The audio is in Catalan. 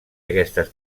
aquestes